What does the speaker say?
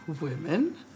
women